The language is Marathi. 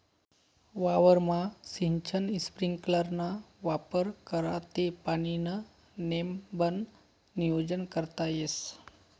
वावरमा सिंचन स्प्रिंकलरना वापर करा ते पाणीनं नेमबन नियोजन करता येस